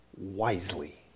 wisely